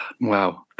Wow